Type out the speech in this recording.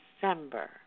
December